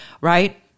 right